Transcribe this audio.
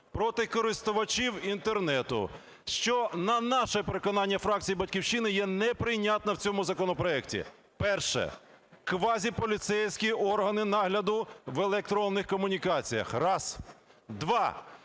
проти користувачів Інтернету. Що на наше переконання, фракції "Батьківщини", є неприйнятна в цьому законопроекті. Перше, квазі-поліцейські органи нагляду в електронних комунікаціях – раз. Два